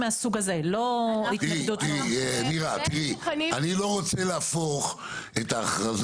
אני רוצה להסב את תשומת